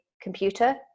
computer